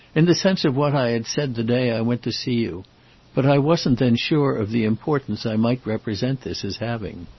in the sense of what i had said the day i went to see you but i wasn't then sure of the importance i might represent this as having.